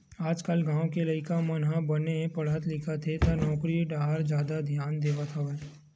आजकाल गाँव के लइका मन ह बने पड़हत लिखत हे त नउकरी डाहर जादा धियान देवत हवय